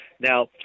Now